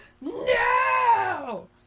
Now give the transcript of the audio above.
No